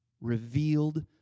revealed